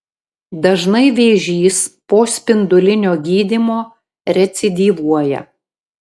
dažnai vėžys po spindulinio gydymo recidyvuoja